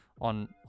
on